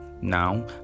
now